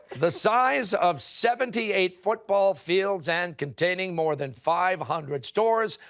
the size of seventy eight football fields and containing more than five hundred stores,